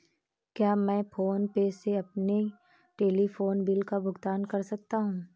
क्या मैं फोन पे से अपने टेलीफोन बिल का भुगतान कर सकता हूँ?